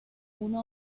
uno